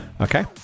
Okay